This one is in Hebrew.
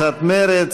עמר בר-לב,